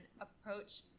approach